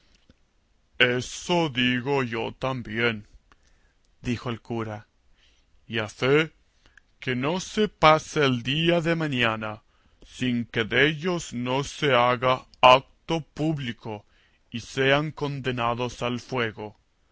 esto digo yo también dijo el cura y a fee que no se pase el día de mañana sin que dellos no se haga acto público y sean condenados al fuego